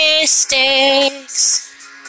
mistakes